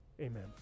Amen